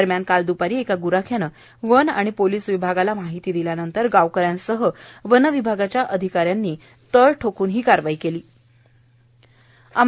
दरम्यान काल दपारी एका ग्राख्याने वन आणि पोलीस विभागाला माहिती दिल्यानंतर गावकर्या सह वनविभागाच्या अधिकाऱ्यांनी तळ ठोकून हा बिबट्याला जेरबंद केले